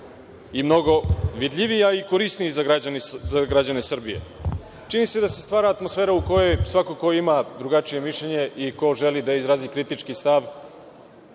i mnogo vidljiviji, a i korisniji za građane Srbije. Čini mi se da se stvara atmosfera u kojoj svako ko ima drugačije mišljenje i ko želi da izrazi kritički stav